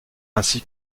ainsi